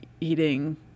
eating